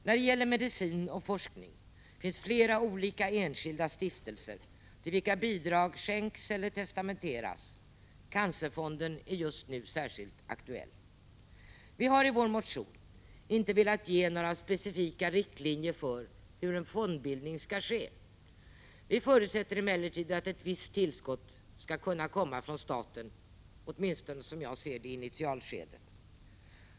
När det gäller medicin och forskning finns det flera olika enskilda stiftelser till vilka bidrag skänks eller testamenteras — cancerfonden är just nu särskilt aktuell. Vi har i vår motion inte velat ge några specifika riktlinjer för hur en fondbildning skall ske. Vi förutsätter emellertid att ett visst tillskott skall kunna komma från staten, åtminstone i initialskedet, som jag ser det.